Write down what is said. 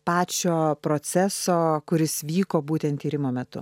pačio proceso kuris vyko būtent tyrimo metu